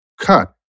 cut